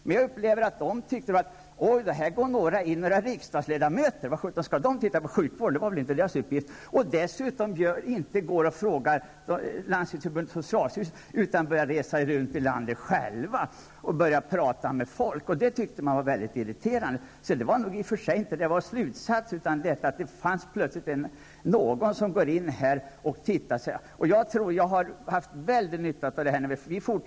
Man kan då möta reaktionen: Oj, här går några riksdagsledamöter in och tittar på sjukvården -- det är väl inte deras uppgift. Man frågar inte Landstingsförbundet och socialstyrelsen utan börjar själv resa runt och prata med folk. De berörda tyckte att det var mycket irriterande att det plötsligt kom någon som studerade förhållandena. Jag har haft mycket stor nytta av detta arbetssätt.